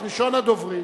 את ראשון הדוברים